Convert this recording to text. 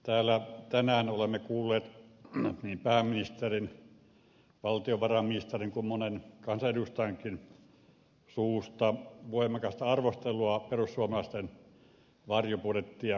täällä tänään olemme kuulleet niin pääministerin valtiovarainministerin kuin monen kansanedustajankin suusta voimakasta arvostelua perussuomalaisten varjobudjettia kohtaan